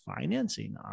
financing